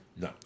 No